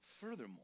Furthermore